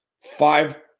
five